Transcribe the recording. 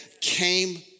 came